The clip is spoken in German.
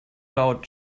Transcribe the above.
laut